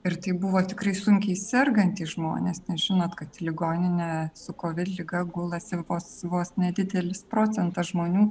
ir tai buvo tikrai sunkiai sergantys žmonės nes žinot kad į ligoninę su kovid liga gulasi vos vos nedidelis procentas žmonių